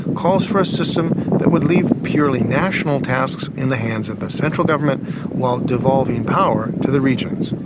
calls for a system that would leave purely national tasks in the hands of the central government while devolving power to the regions.